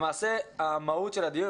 למעשה המהות של הדיון,